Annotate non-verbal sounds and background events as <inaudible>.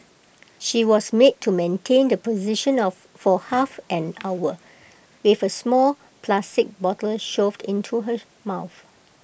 she was made to maintain the position of for half an hour with A small plastic bottle shoved into her <noise> mouth